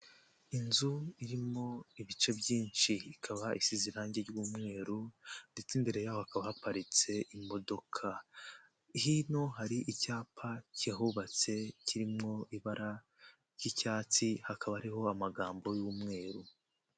Inzu irimo ibice byinshi ikaba isize irangi ry'umweru, ndetse imbere yaho hakaba haparitse imodoka, hino hari icyapa kihubatse kirimo ibara ry'icyatsi, hakaba hariho amagambo y'umweru.